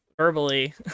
verbally